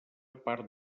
part